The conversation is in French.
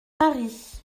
paris